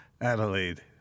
adelaide